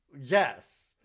Yes